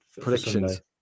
Predictions